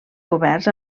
coberts